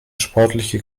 sportliche